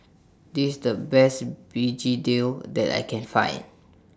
This The Best Begedil that I Can Find